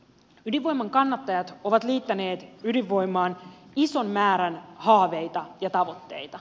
ydinvoiman kannattajat ovat liittäneet ydinvoimaan ison määrän haaveita ja tavoitteita